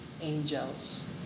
angels